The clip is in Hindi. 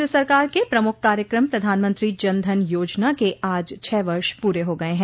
केन्द्र सरकार के प्रमुख कार्यक्रम प्रधानमंत्री जनधन योजना के आज छह वर्ष पूरे हो गए हैं